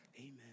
Amen